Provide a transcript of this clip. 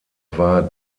war